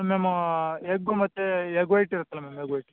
ಮ್ಯಾಮೋ egg ಮತ್ತು egg white ಇರತ್ತಲ್ಲ ma'am egg white